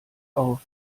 auf